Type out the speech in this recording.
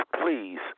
please